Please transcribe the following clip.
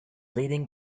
leading